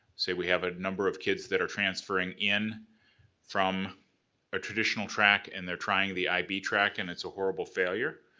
say we have a number of kids that are transferring in from a traditional track and they're trying the ib track and it's a horrible failure,